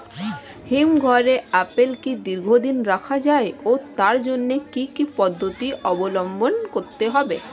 হিমঘরে আপেল কি দীর্ঘদিন রাখা যায় ও তার জন্য কি কি পদ্ধতি অবলম্বন করতে হবে?